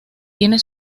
tiene